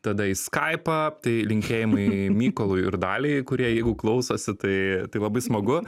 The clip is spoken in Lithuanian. tada į skaipą tai linkėjimai mykolui ir daliai kurie jeigu klausosi tai tai labai smagu